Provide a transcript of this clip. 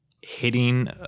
hitting